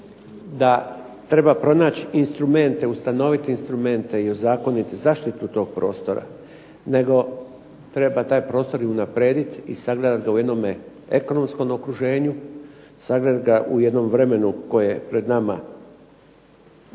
da treba pronaći instrumente, ustanoviti instrumente i ozakoniti zaštitu tog prostora nego treba taj prostor i unaprijediti i sagledati ga u jednom ekonomskom okruženju, sagledati ga u jednom vremenu koje pred nama predstoji